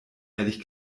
ehrlich